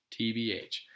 TBH